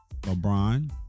LeBron